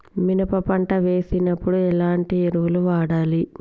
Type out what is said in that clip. మినప పంట వేసినప్పుడు ఎలాంటి ఎరువులు వాడాలి?